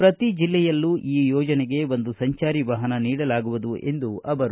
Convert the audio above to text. ಪ್ರತಿ ಜಿಲ್ಲೆಯಲ್ಲೂ ಈ ಯೋಜನೆಗೆ ಒಂದು ಸಂಚಾರಿ ವಾಹನ ನೀಡಲಾಗುವುದು ಎಂದರು